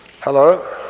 Hello